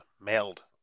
mailed